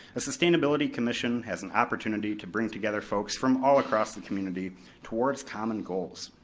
a sustainability commission has an opportunity to bring together folks from all across the community towards common goals.